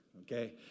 Okay